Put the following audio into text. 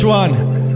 one